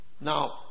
Now